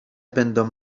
będą